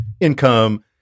income